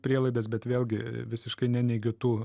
prielaidas bet vėlgi visiškai neneigiu tų